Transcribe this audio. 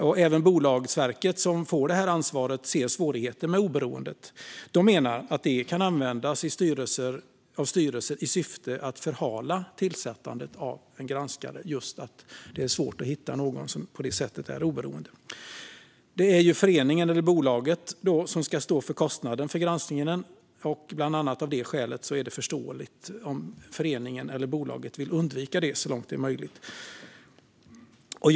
Även Bolagsverket, som får det här ansvaret, ser svårigheter med oberoendet. De menar att just detta, att det kan vara svårt att hitta någon som är oberoende, kan användas av styrelser i syfte att förhala tillsättandet av granskare. Det är ju föreningen eller bolaget som ska stå för kostnaden för granskningen, och bland annat av det skälet är det förståeligt om föreningen eller bolaget så långt möjligt vill undvika den.